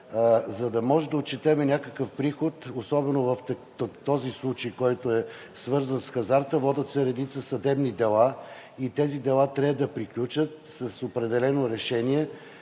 за да може да отчетем някакъв приход, особено в този случай, който е свързан с хазарта – водят се редица съдебни дела, и тези дела трябва да приключат с определено решение,